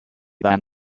than